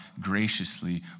graciously